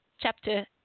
chapter